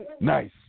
Nice